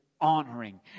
honoring